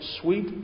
sweet